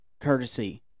courtesy